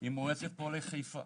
עם מועצת פועלי חיפה